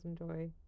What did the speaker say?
enjoy